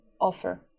offer